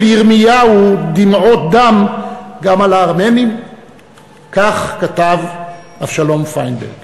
ירמיהו דמעות דם גם על הארמנים?"; כך כתב אבשלום פיינברג.